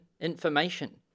information